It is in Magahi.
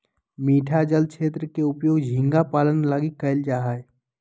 मीठा जल क्षेत्र के उपयोग झींगा पालन लगी कइल जा हइ